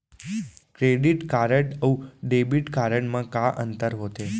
Credit card अऊ debit card मा का अंतर होथे?